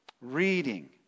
Reading